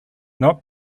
not